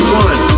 one